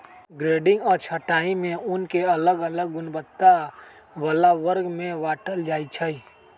grading आऽ छँटाई में ऊन के अलग अलग गुणवत्ता बला वर्ग में बाटल जाइ छइ